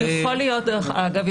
אגב,